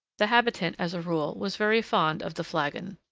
the habitant, as a rule, was very fond of the flagon.